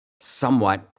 somewhat